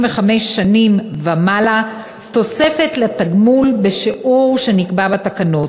שנים ומעלה תוספת לתגמול בשיעור שנקבע בתקנות.